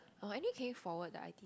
uh anyway can you forward the iti~